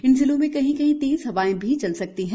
इन जिलों में कहीं कहीं तेज हवाएं भी चल सकती है